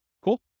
Cool